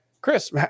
Chris